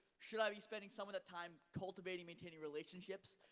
should i be spending some of that time cultivating maintaining relationships?